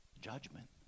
judgment